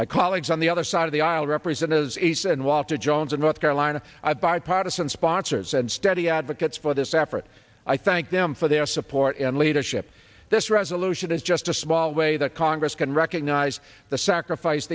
my colleagues on the other side of the aisle representatives ace and walter jones of north carolina a bipartisan sponsors and steady advocates for this effort i thank them for their support and leadership this resolution is just a small way that congress can recognize the sacrifice